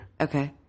Okay